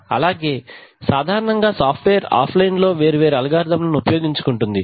అలాగే సాధారణంగా software offline లో వేరు వేరు అల్గారిథం లను ఉపయోగించుకుంటుంది